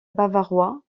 bavarois